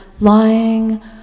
lying